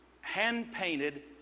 hand-painted